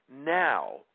now